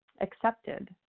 accepted